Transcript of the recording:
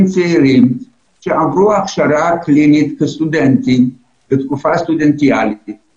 צעירים שעברו הכשרה קלינית כסטודנטים בתקופה הסטודנטיאלית שלהם.